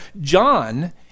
John